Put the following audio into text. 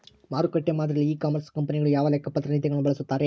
ಮಾರುಕಟ್ಟೆ ಮಾದರಿಯಲ್ಲಿ e commerce ಕಂಪನಿಗಳು ಯಾವ ಲೆಕ್ಕಪತ್ರ ನೇತಿಗಳನ್ನು ಬಳಸುತ್ತಾರೆ?